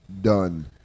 Done